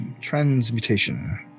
Transmutation